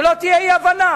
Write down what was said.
שלא תהיה אי-הבנה.